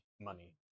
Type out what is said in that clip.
money